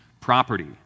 property